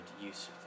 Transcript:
use